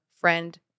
friend